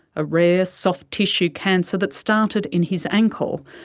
a rare soft tissue cancer that started in his ankle.